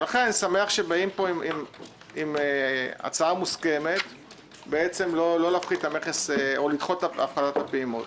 לכן אני שמח שבאים לפה עם הצעה מוסכמת לדחות את הפחתת הפעימות.